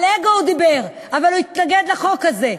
על אגו הוא דיבר, אבל הוא התנגד לחוק הזה.